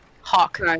Hawk